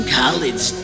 college